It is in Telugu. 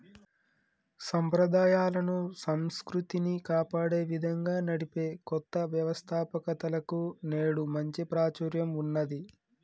సంప్రదాయాలను, సంస్కృతిని కాపాడే విధంగా నడిపే కొత్త వ్యవస్తాపకతలకు నేడు మంచి ప్రాచుర్యం ఉన్నది